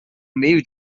meio